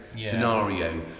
scenario